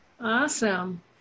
Awesome